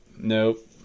nope